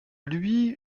lui